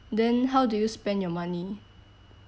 then how do you spend your money